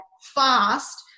fast